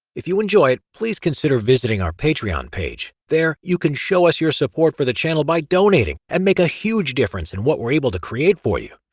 if you enjoy please consider, visiting our patreon page. there you can show us your support for the channel by donating, and make a huge difference in what we're able to create for you.